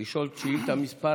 לשאול את שאילתה מס'